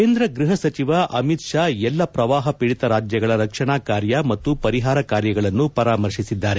ಕೇಂದ್ರ ಗೃಹ ಸಚಿವ ಅಮಿತ್ ಶಾ ಎಲ್ಲ ಪ್ರವಾಹ ಪೀಡಿತ ರಾಜ್ಯಗಳ ರಕ್ಷಣಾ ಕಾರ್ಯ ಮತ್ತು ಪರಿಹಾರ ಕಾರ್ಯಗಳನ್ನು ಪರಾಮರ್ಶಿಸಿದ್ದಾರೆ